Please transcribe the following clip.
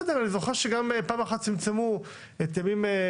אני זוכר שגם פעם אחת צמצמו את ימי